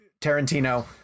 Tarantino